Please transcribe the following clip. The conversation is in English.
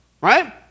right